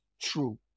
true